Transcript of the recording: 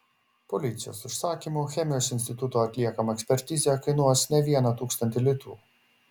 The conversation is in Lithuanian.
policijos užsakymu chemijos instituto atliekama ekspertizė kainuos ne vieną tūkstantį litų